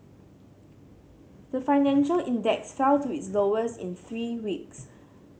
the financial index fell to its lowest in three weeks